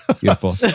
Beautiful